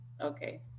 Okay